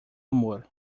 amor